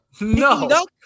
No